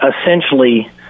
essentially